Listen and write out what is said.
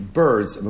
birds